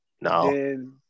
no